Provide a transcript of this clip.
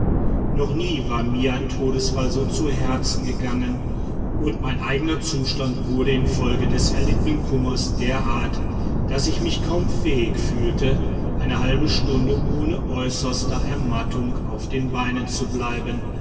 noch nie war mir ein todesfall so zu herzen gegangen und mein eigener zustand wurde infolge des erlittenen kummers derart daß ich mich kaum fähig fühlte eine halbe stunde ohne äußerste ermattung auf den beinen zu bleiben